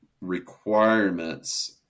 requirements